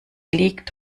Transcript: liegt